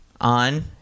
On